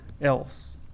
else